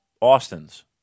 Austins